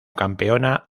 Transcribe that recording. campeona